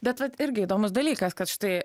bet vat irgi įdomus dalykas kad štai